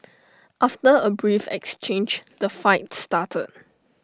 after A brief exchange the fight started